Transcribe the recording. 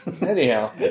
Anyhow